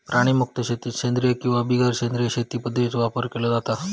प्राणीमुक्त शेतीत सेंद्रिय किंवा बिगर सेंद्रिय शेती पध्दतींचो वापर केलो जाता